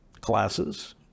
Classes